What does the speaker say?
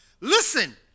Listen